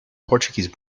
portuguese